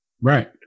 Right